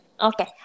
Okay